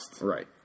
Right